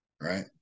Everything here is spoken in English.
right